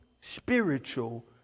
spiritual